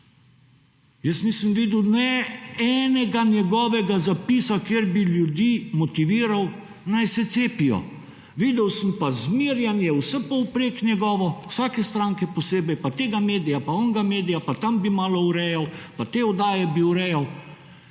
Jaz nisem videl ne enega njegovega zapisa, kjer bi ljudje motiviral naj se cepijo videl sem pa zmerjanje vse povprek njegovo vsake stranke posebej pa tega medija pa unega medija pa tam bi malo urejal pa te oddaje bi urejal